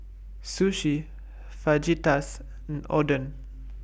Sushi Fajitas and Oden